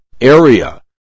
area